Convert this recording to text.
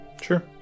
Sure